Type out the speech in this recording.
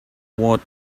what